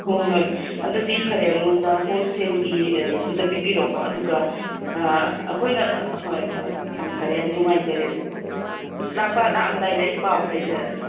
ꯍꯣ ꯍꯣꯏ ꯑꯗꯨꯗꯤ ꯐꯔꯦ ꯑꯩꯉꯣꯟꯗ ꯍꯣꯜꯁꯦꯜꯒꯤ ꯔꯦꯠꯇꯨꯗ ꯄꯤꯕꯤꯔꯣꯀꯣ ꯑꯗꯨꯒ ꯑꯩꯈꯣꯏꯅ ꯍꯣꯏ ꯍꯣꯏ ꯌꯥꯝ ꯐꯔꯦ ꯌꯥꯝꯅ ꯅꯨꯡꯉꯥꯏꯖꯔꯦ ꯑꯗꯨꯗꯤ ꯂꯥꯛꯄ ꯂꯥꯛꯑꯝꯗꯥꯏꯗ ꯑꯩ ꯄꯥꯎ ꯍꯥꯏꯖꯔꯛꯑꯒꯦ